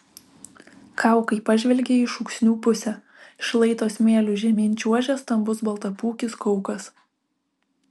kaukai pažvelgė į šūksnių pusę šlaito smėliu žemyn čiuožė stambus baltapūkis kaukas